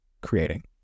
creating